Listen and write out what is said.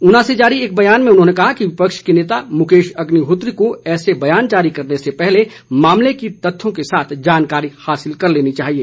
ऊना से जारी एक बयान में उन्होंने कहा कि विपक्ष के नेता मुकेश अग्निहोत्री को ऐसे बयान जारी करने से पहले मामले की तथ्यों के साथ जानकारी हासिल कर लेनी चाहिए